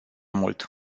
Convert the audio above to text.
mult